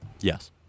Yes